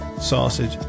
sausage